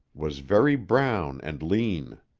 was very brown and lean.